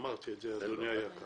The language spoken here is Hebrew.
אמרתי את זה, אדוני היקר.